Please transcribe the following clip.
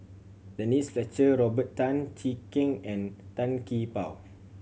Denise Fletcher Robert Tan Jee Keng and Tan Gee Paw